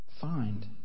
find